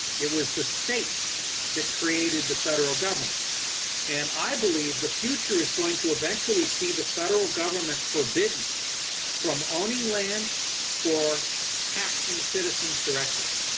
it was the states that created the federal government and i believe the future is going to eventually see the federal government forbidden from owning land or taxing citizens directly.